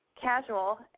casual